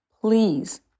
please